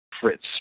Fritz